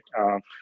right